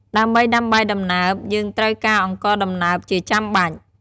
ដើម្បីដាំបាយដំណើប យើងត្រូវការអង្ករដំណើបជាចាំបាច់។